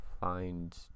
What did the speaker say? find